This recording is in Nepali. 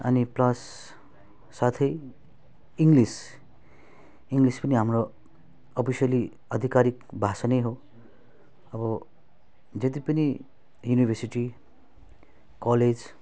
अनि प्लस साथै इङ्लिस इङ्लिस पनि हाम्रो अफिसियल्ली आधिकारीक भाषा नै हो अब जति पनि युनिभर्सिटी कलेज